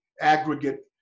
aggregate